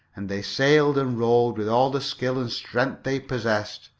and they sailed and rowed with all the skill and strength they possessed.